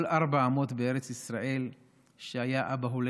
כל ארבע אמות בארץ ישראל שהיה אבא הולך,